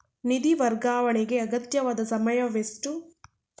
ನಿಧಿ ವರ್ಗಾವಣೆಗೆ ಅಗತ್ಯವಾದ ಸಮಯವೆಷ್ಟು?